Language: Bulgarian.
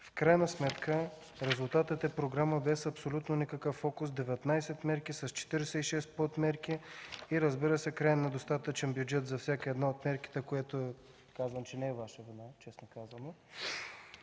В крайна сметка резултатът е програма без абсолютно никакъв фокус – 19 мерки, с 46 подмерки и, разбира се, крайно недостатъчен бюджет за всяка една от мерките, което, честно казано, не е Ваша вина, така